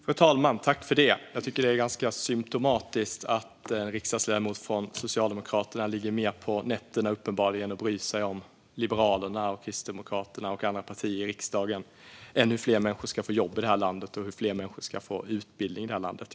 Fru talman! Det är symtomatiskt att en riksdagsledamot från Socialdemokraterna oroar sig mer under nätterna för Liberalerna, Kristdemokraterna och andra partier i riksdagen än för hur ännu fler människor ska få jobb och utbildning i landet.